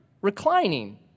reclining